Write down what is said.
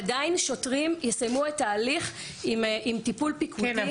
עדיין שוטרים יסיימו את ההליך עם טיפול פיקודי.